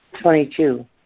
Twenty-two